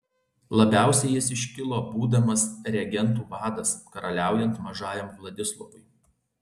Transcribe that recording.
labiausiai jis iškilo būdamas regentų vadas karaliaujant mažajam vladislovui